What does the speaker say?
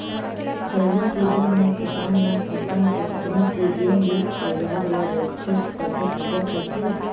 हरेली के दिन म किसान मन अपन किसानी के जेन भी अउजार ल बउरथे तेखर पूजा करथे